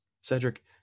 Cedric